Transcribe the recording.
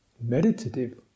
meditative